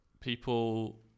people